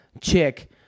chick